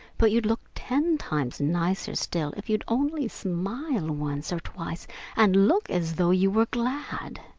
but you'd look ten times nicer still if you'd only smile once or twice and look as though you were glad.